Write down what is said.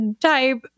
type